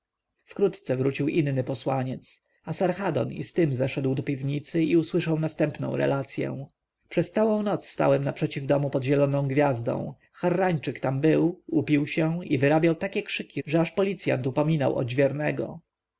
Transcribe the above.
wkrótce wrócił inny posłaniec asarhadon i z tym zeszedł do piwnicy i usłyszał następną relację przez całą noc stałem naprzeciw domu pod zieloną gwiazdą harrańczyk tam był upił się i wyrabiał takie krzyki że aż policjant upominał odźwiernego